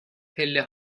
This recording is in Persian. پله